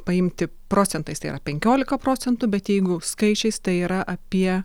paimti procentais tai yra penkiolika procentų bet jeigu skaičiais tai yra apie